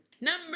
Number